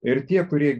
ir tie kurie